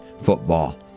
football